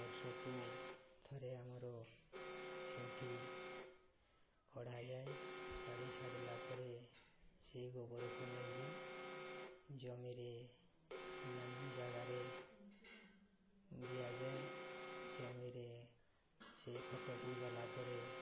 ବର୍ଷକୁ ଥରେ ଆମର ସେଇଠି କଢ଼ାଯାଏ କାଢ଼ି ସାରିଲା ପରେ ସେଇ ଗୋବରକୁ ନେଇକି ଜମିରେ ଅନ୍ୟାନ୍ୟ ଜାଗାରେ ଦିଆଯାଏ ଜମିରେ ସେଇ ଖତକୁ ଦେଲା ପରେ